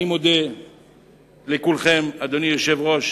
אני מודה לכולכם, אדוני היושב-ראש.